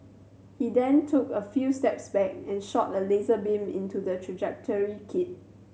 he then took a few steps back and shot a laser beam into the trajectory kit